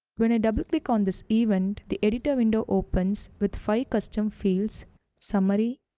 when i double click on this event. the editor window opens with five custom fields summary,